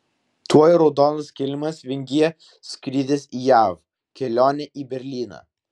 tuoj raudonas kilimas vingyje skrydis į jav kelionė į berlyną